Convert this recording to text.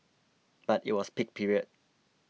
but it was peak period